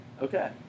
Okay